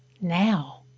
now